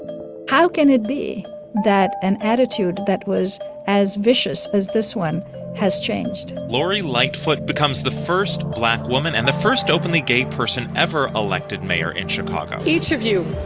how can it be that an attitude that was as vicious as this one has changed? lori lightfoot becomes the first black woman and the first openly gay person ever elected mayor in chicago each of you,